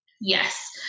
Yes